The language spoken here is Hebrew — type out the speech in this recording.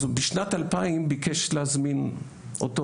אז הוא בשנת 2000 הוא ביקש להזמין אותו,